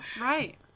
Right